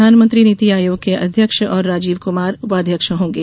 प्रधानमंत्री नीति आयोग के अध्यक्ष और राजीव कुमार उपाध्यक्ष होंगे